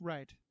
Right